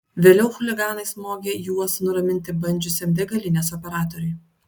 vėliau chuliganai smogė juos nuraminti bandžiusiam degalinės operatoriui